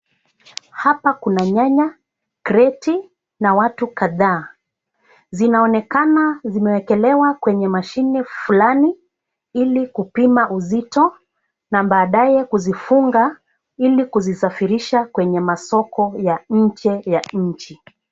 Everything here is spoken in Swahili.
Hapa kuna nyanya kreti na watu kadhaa, zinaonekana zimewekelewa kwenye mashini flani ili kupima uzito na baadae kuzifunga ili kuzisafirisha kwenye masoko ya nje ya nchi.